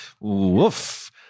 Woof